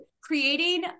creating